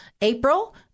April